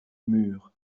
mur